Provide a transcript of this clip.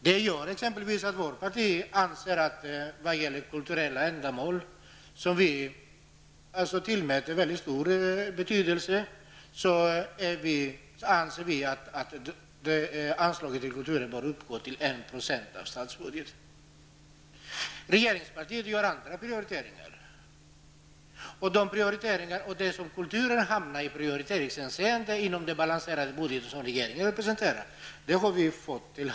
Det gör exempelvis att vårt parti anser att anslaget till kulturen bör uppgå till 1 % av statsbudgeten, för vi tillmäter varje kulturellt ändamål väldigt stor betydelse. Regeringspartiet gör andra prioriteringar. Var kulturen hamnar i prioriteringshänseende inom den balanserade budget som regeringen har presenterat har vi ju fått veta.